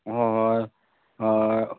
ᱦᱚᱭ ᱦᱚᱭ